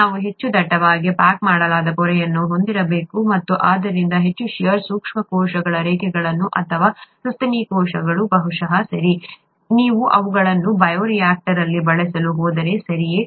ನಾವು ಹೆಚ್ಚು ದಟ್ಟವಾಗಿ ಪ್ಯಾಕ್ ಮಾಡಲಾದ ಪೊರೆಯನ್ನು ಹೊಂದಿರಬೇಕು ಮತ್ತು ಆದ್ದರಿಂದ ಹೆಚ್ಚು ಷೇರ್ ಸೂಕ್ಷ್ಮ ಕೋಶ ರೇಖೆಗಳು ಅಥವಾ ಸಸ್ತನಿ ಕೋಶಗಳು ಬಹುಶಃ ಸರಿ ನೀವು ಅವುಗಳನ್ನು ಬಯೋರಿಯಾಕ್ಟರ್ ಅಲ್ಲಿ ಬಳಸಲು ಹೋದರೆ ಸರಿಯೇ